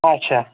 آچھا